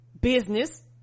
business